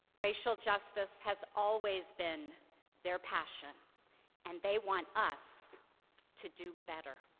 racial justice has always been their passion and they want us to do better.